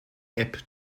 app